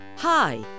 Hi